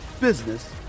business